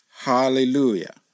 Hallelujah